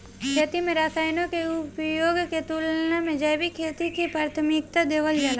खेती में रसायनों के उपयोग के तुलना में जैविक खेती के प्राथमिकता देवल जाला